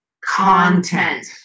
content